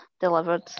delivered